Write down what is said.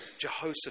Jehoshaphat